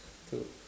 to